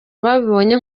ababibonye